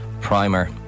Primer